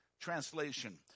translation